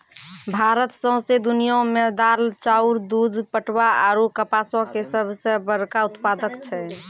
भारत सौंसे दुनिया मे दाल, चाउर, दूध, पटवा आरु कपासो के सभ से बड़का उत्पादक छै